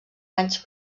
banys